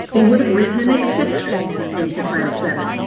they would have written an exception into title seven,